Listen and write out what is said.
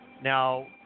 Now